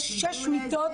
יש שש מיטות.